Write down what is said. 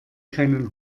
keinen